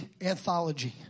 anthology